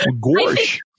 Gorge